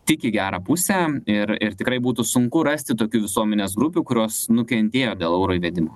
tik į gerą pusę ir ir tikrai būtų sunku rasti tokių visuomenės grupių kurios nukentėjo dėl euro įvedimo